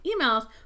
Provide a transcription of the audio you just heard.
emails